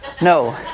no